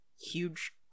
huge